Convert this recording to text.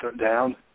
down